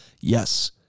Yes